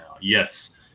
yes